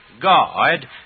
God